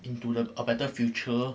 into the a better future